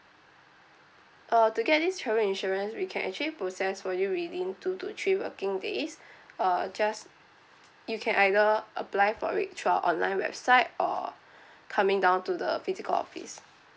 uh to get this travel insurance we can actually process for you within two to three working days uh just you can either apply for it through our online website or coming down to the physical office